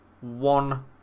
One